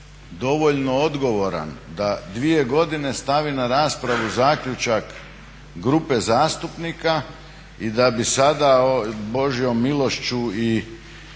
dovoljno odgovoran da 2 godine stavi na raspravu zaključak grupe zastupnika i da bi sada Božjom milošću i